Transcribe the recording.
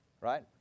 Right